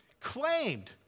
claimed